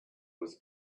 was